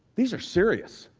these are serious